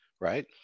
right